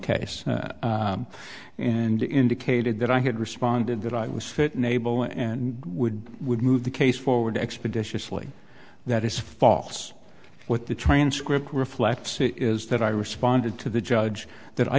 case and indicated that i had responded that i was fit and able and would would move the case forward expeditiously that is false what the transcript reflects is that i responded to the judge that i